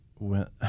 went